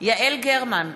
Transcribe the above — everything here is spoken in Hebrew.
יעל גרמן,